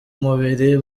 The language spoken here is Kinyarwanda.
mubiri